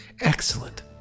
excellent